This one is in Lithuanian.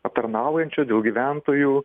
aptarnaujančio dėl gyventojų